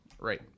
Right